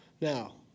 Now